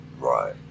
Right